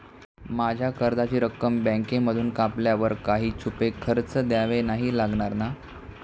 माझ्या कर्जाची रक्कम बँकेमधून कापल्यावर काही छुपे खर्च द्यावे नाही लागणार ना?